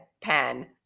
pen